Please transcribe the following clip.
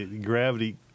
Gravity